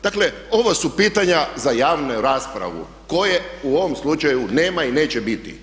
Dakle, ovo su pitanja za javnu raspravu koje u ovom slučaju nema i neće biti.